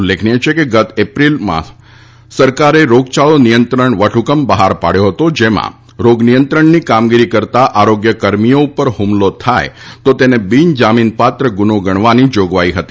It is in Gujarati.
ઉલ્લેખનીય છે કે ગત એપ્રિલમાં સરકારે રોગયાળો નિયંત્રણ વટહ્કમ બહાર પાડ્યો હતો જેમાં રોગનિયંત્રણની કામગીરી કરતાં આરોગ્ય કર્મીઓ ઉપર હ્મલો થાય તો તેને બિન જામીનપાત્ર ગૂનો ગણવાની જોગવાઈ હતી